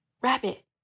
Rabbit